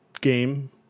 game